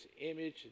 image